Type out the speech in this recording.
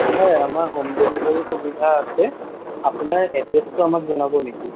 হয় আমাৰ home delivery সুবিধা আছে আপোনাৰ এড্ৰেছটো আমাক জনাব নেকি